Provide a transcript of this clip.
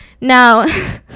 Now